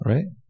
Right